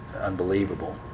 unbelievable